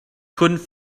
couldn’t